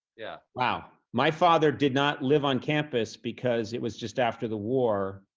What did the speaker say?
yeah wow. my father did not live on campus because it was just after the war,